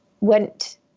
went